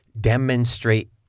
demonstrate